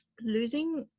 losing